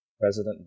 President